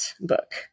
book